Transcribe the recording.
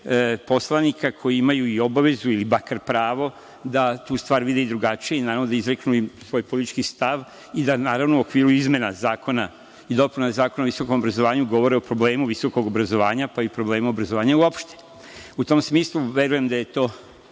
poslanika, koji imaju i obavezu, ili makar pravo, da tu stvar vide i drugačije i, naravno, da izreknu svoj politički stav, kao i da u okviru izmena i dopuna Zakona o visokom obrazovanju, govore o problemu visokog obrazovanja, pa i problemu obrazovanja uopšte. U tom smislu, verujem da je to